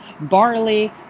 barley